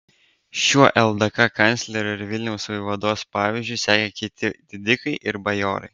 šiuo ldk kanclerio ir vilniaus vaivados pavyzdžiu sekė kiti didikai ir bajorai